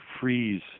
freeze